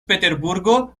peterburgo